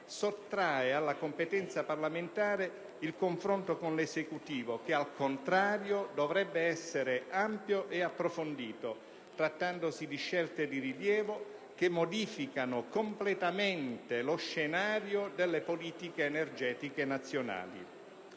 sottrae alla competenza parlamentare il confronto con l'Esecutivo che, al contrario, dovrebbe essere ampio e approfondito, trattandosi di scelte di rilievo che modificano completamente lo scenario delle politiche energetiche del